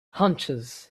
hunches